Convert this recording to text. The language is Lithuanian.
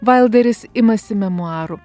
vailderis imasi memuarų